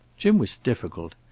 jim was difficult.